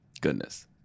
Goodness